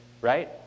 right